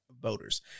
voters